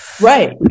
right